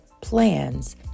plans